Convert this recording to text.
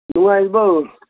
ꯅꯨꯡꯉꯥꯏꯔꯤꯕꯣ